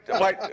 wait